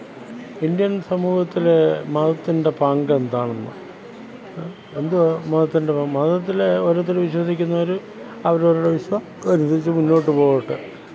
Indian സമൂഹത്തിൽ മതത്തിന്റെ പങ്കെന്താണെന്ന് എന്തുവാ മതത്തിന്റെ മതത്തിലെ ഓരോത്തർ വിശ്വസിക്കുന്നവർ അവരവരുടെ വിശ്വ കരുതിച്ച് മുന്നോട്ടു പോകട്ടെ